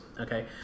Okay